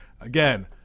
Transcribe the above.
Again